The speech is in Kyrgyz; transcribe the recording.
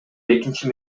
экинчи